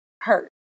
hurt